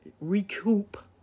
recoup